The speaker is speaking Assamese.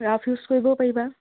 ৰাফ ইউজ কৰিব পাৰিবা